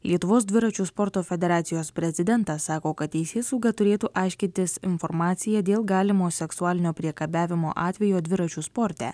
lietuvos dviračių sporto federacijos prezidentas sako kad teisėsauga turėtų aiškintis informaciją dėl galimo seksualinio priekabiavimo atvejo dviračių sporte